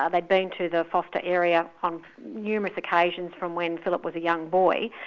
ah they'd been to the forster area on numerous occasions from when philip was a young boy.